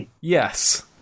Yes